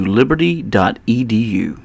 liberty.edu